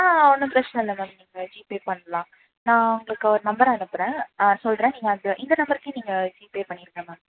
ஆ ஒன்றும் பிரச்சனை இல்லை மேம் நீங்கள் ஜிபே பண்ணலாம் நான் உங்களுக்கு ஒரு நம்பர் அனுப்புகிறேன் ஆ சொல்லுறேன் நீங்கள் அந்த இந்த நம்பர்க்கே நீங்கள் ஜிபே பண்ணிருங்க மேம்